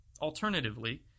Alternatively